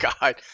God